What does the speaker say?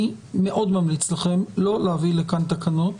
אני מאוד ממליץ לכם לא להביא לכאן תקנות